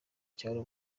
cyaro